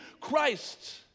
Christ